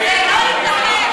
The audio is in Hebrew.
זה לא ייתכן.